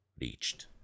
reached